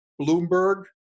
Bloomberg